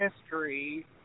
history